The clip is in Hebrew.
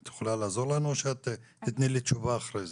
את יכולה לעזור לנו או שתיתני לי תשובה אחרי זה?